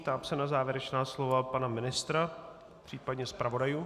Ptám se na závěrečná slova pana ministra případně zpravodajů.